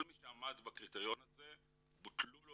כל מי שעמד בקריטריון הזה בוטלו לו